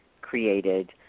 created